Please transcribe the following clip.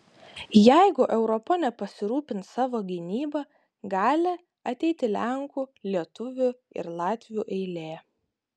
jeigu europa nepasirūpins savo gynyba gali ateiti lenkų lietuvių ir latvių eilė